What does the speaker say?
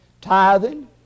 Tithing